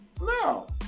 No